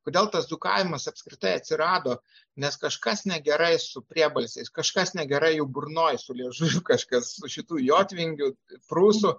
kodėl tas dzūkavimas apskritai atsirado nes kažkas negerai su priebalsiais kažkas negerai jų burnoj su liežuviu kažkas šitų jotvingių prūsų